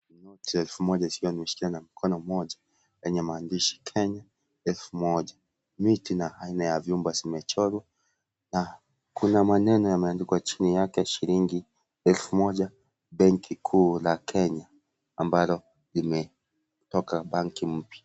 Noti la elfu moja likiwa limeshikiliwa na mkono mmoja lenye maandishi Kenya elfu moja. Miti na aina ya vyumba vimechorwa na kuna maneno yameandikwa chini yake shilingi elfu moja benki kuu la Kenya, ambalo limetoka benki mpya.